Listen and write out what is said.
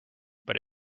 but